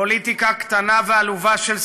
פוליטיקה קטנה ועלובה של שנאה,